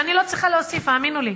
ואני לא צריכה להוסיף, האמינו לי,